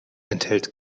enthält